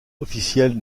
officielles